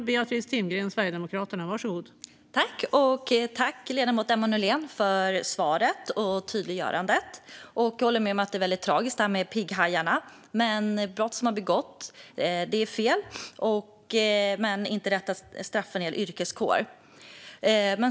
Fru talman! Tack, Emma Nohrén, för svaret och tydliggörandet! Jag håller med om att det är väldigt tragiskt det här med pigghajarna. Det är fel, och brott har begåtts. Men det är inte rätt att straffa en hel yrkeskår.